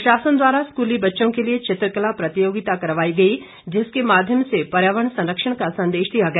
प्रशासन द्वारा स्कूली बच्चों के लिए चित्रकला प्रतियोगिता करवाई गई जिसके माध्यम से पर्यावरण संरक्षण का संदेश दिया गया